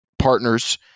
partners